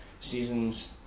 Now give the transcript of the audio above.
seasons